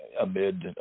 amid